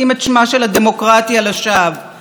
"בגללם יחדל העם,